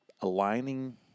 aligning